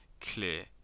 clear